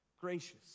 gracious